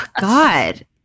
god